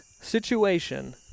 situation